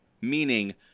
Meaning